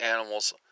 animals